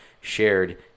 shared